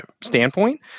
standpoint